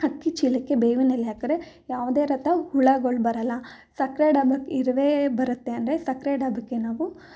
ಅಕ್ಕಿ ಚೀಲಕ್ಕೆ ಬೇವಿನೆಲೆ ಹಾಕ್ದ್ರೆ ಯಾವ್ದೇರತ ಹುಳಗಳು ಬರೋಲ್ಲ ಸಕ್ಕರೆ ಡಬ್ಬಕ್ಕೆ ಇರುವೆ ಬರತ್ತೆ ಅಂದರೆ ಸಕ್ಕರೆ ಡಬ್ಬಕ್ಕೆ ನಾವು